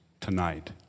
tonight